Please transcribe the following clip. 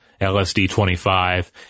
LSD-25